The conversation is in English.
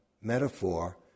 metaphor